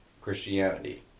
Christianity